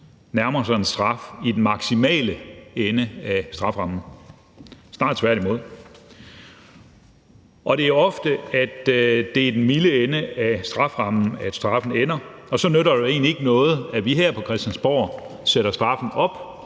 nærmer sig en straf i den maksimale ende af strafferammen, snarere tværtimod. Det er ofte i den milde ende af strafferammen, straffen ender, og så nytter det egentlig ikke noget, at vi her på Christiansborg sætter straffen op,